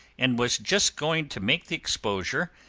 and was just going to make the exposure,